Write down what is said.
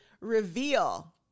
reveal